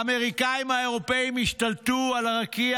האמריקאים והאירופים השתלטו על הרקיע